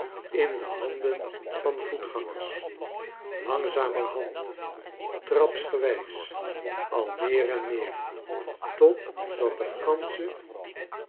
in de handen van voetgangers langzamerhand trapsgewijs al meer en meer totdat de